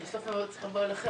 בסוף זה צריך להגיע אל הוועדה,